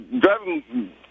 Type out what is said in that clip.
driving